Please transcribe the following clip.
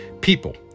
People